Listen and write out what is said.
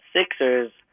Sixers